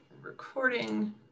recording